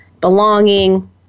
belonging